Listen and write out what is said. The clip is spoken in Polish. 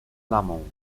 lamą